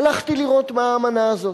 הלכתי לראות מה האמנה הזאת.